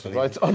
right